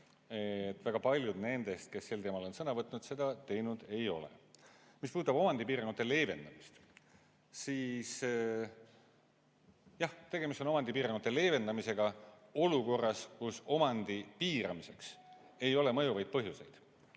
väga paljud nendest, kes sel teemal on sõna võtnud, seda teinud ei ole. Mis puudutab omandipiirangute leevendamist, siis jah, tegemist on omandipiirangute leevendamisega olukorras, kus omandi piiramiseks ei ole mõjuvaid põhjuseid.